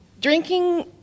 Drinking